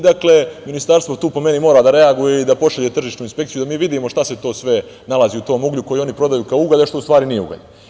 Dakle, Ministarstvo po meni, tu mora da reaguje da pošalje tržišnu inspekciju da vidimo šta se nalazi u tom uglju koji oni prodaju kao ugalj, a što u stvari nije ugalj.